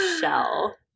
shell